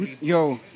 Yo